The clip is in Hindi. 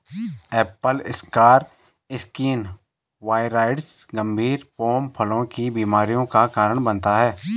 एप्पल स्कार स्किन वाइरॉइड गंभीर पोम फलों की बीमारियों का कारण बनता है